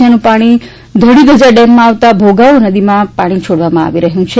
તેનું પાણી ધોળીધજા ડેમમાં આવતા ભોગાવો નદીમાં પાણી છોડવામાં આવી રહ્યું છે